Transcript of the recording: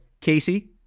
Casey